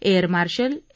air marshal A